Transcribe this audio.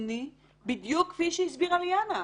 בדיוק כפי שהסבירה ליאנה.